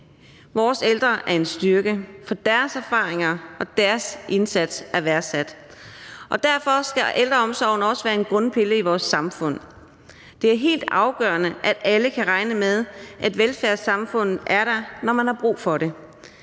Vores ældre er en styrke, for deres erfaringer og deres indsats er værdsat. Derfor skal ældreomsorgen også være en grundpille i vores samfund. Det er helt afgørende, at alle kan regne med, at velfærdssamfundet er der, når man har brug for det.